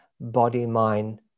body-mind